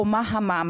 או מה המעמד,